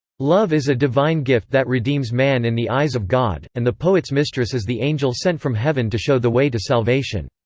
love is a divine gift that redeems man in the eyes of god, and the poet's mistress is the angel sent from heaven to show the way to salvation.